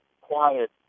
quiet